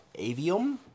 Avium